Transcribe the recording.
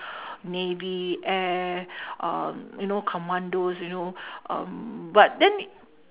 navy air um you know commandos you know um but then